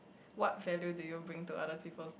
what value do you bring to other people like